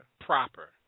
proper